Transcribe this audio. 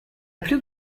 plus